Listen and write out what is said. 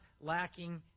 lacking